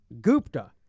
Gupta